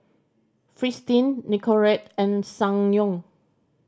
Fristine Nicorette and Ssangyong